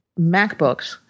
MacBooks